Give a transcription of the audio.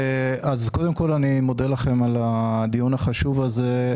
קודם כול, אני מודה לכם על הדיון החשוב הזה.